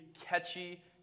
catchy